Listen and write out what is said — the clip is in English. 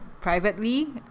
privately